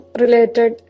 related